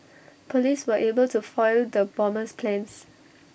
Police were able to foil the bomber's plans